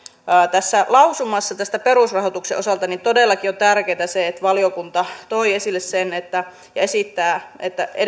tässä lausumassa perusrahoituksen osalta todellakin on tärkeätä se että valiokunta toi esille sen ja esittää että